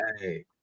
Hey